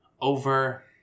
over